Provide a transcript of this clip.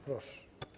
Proszę.